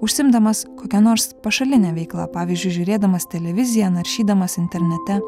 užsiimdamas kokia nors pašaline veikla pavyzdžiui žiūrėdamas televiziją naršydamas internete